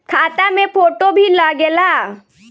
खाता मे फोटो भी लागे ला?